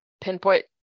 pinpoint